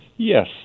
Yes